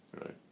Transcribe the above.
right